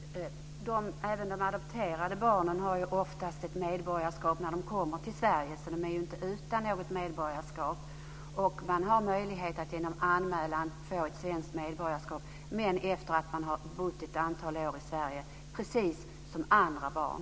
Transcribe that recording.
Fru talman! Även de adopterade barnen har ju oftast ett medborgarskap när de kommer till Sverige. De är ju inte utan ett medborgarskap. Man har också möjlighet att genom anmälan få ett svenskt medborgarskap, men först efter att man har bott ett antal år i Sverige. Det är precis detsamma som gäller för andra barn.